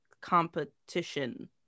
competition